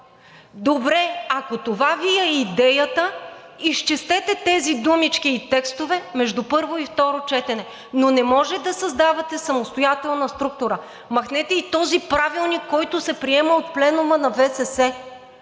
Добре, ако това Ви е идеята, изчистете тези думички и текстове между първо и второ четене. Но не може да създавате самостоятелна структура. Махнете и този правилник, който се приема от Пленума на ВСС.